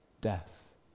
death